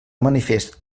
manifest